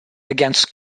against